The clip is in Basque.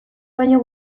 baino